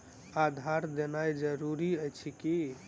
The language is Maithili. आधार देनाय जरूरी अछि की?